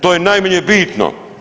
To je najmanje bitno.